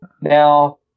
Now